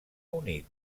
unit